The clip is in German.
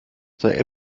sei